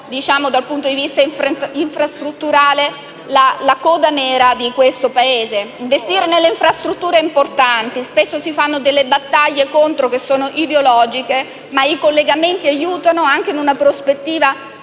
dal punto di vista infrastrutturale sono un po' il fanalino di coda di questo Paese. Investire nelle infrastrutture è importante; spesso si fanno delle battaglie contro che sono ideologiche, ma i collegamenti aiutano anche in una prospettiva